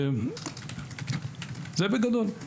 זה בגדול.